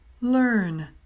learn